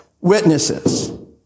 Witnesses